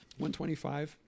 125